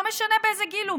לא משנה באיזה גיל הוא,